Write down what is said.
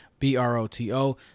BROTO